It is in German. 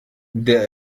der